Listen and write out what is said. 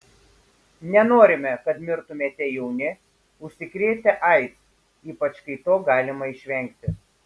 nenorime kad mirtumėte jauni užsikrėtę aids ypač kai to galima išvengti